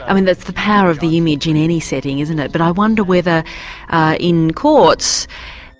i mean the power of the image, in any setting, isn't it, but i wonder whether in courts